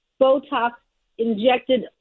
Botox-injected